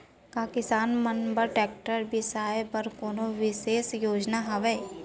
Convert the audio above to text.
का किसान मन बर ट्रैक्टर बिसाय बर कोनो बिशेष योजना हवे?